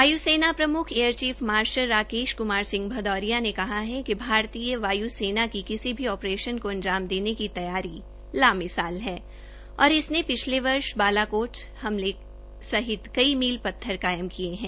वाय् सेना प्रम्ख एयरचीफ मार्शल राकेश क्मार सिंह भदोरिया ने कहा है कि भारतीय वाय्सेना की किसी ऑप्रेशन को अंजाम देने के तैयारी ला मिसाल है और इसने पिछले वर्ष बालाकोट हमले सहित कई मीत का पत्थर कायम किये है